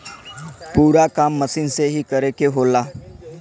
पूरा काम मसीन से ही करे के होला